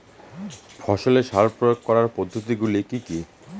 ফসলে সার প্রয়োগ করার পদ্ধতি গুলি কি কী?